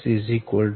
612 0